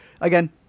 again